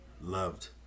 loved